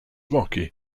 rocky